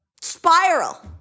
spiral